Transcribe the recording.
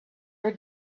your